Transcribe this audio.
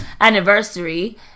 anniversary